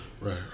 Right